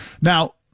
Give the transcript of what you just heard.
Now